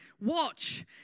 Watch